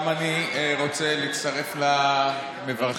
גם אני רוצה להצטרף למברכים,